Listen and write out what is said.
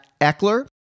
Eckler